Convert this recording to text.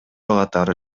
катары